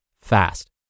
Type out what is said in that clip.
fast